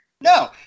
No